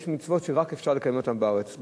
יש מצוות שאפשר לקיים אותן רק בארץ,